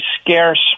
scarce